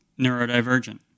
neurodivergent